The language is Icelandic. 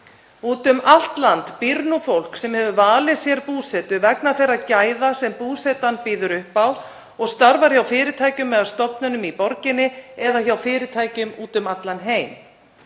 Úti um allt land býr nú fólk sem hefur valið sér búsetu vegna þeirra gæða sem búsetan býður upp á og starfar hjá fyrirtækjum eða stofnunum í borginni eða hjá fyrirtækjum úti um allan heim.